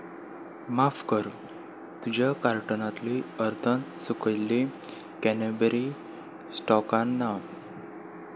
माफ कर तुज्या कार्टनांतली अर्थन सुकयल्ली कॅनबरी स्टॉकांत ना